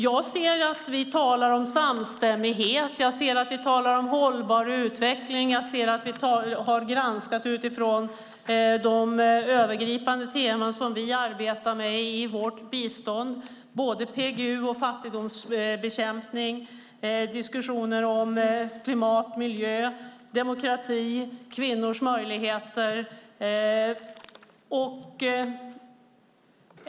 Jag ser att vi talar om samstämmighet. Jag ser att vi talar om hållbar utveckling. Jag ser att vi har granskat utifrån de övergripande teman som vi arbetar med i vårt bistånd. Det handlar om både PGU och fattigdomsbekämpning. Det är diskussioner om klimat, miljö, demokrati och kvinnors möjligheter.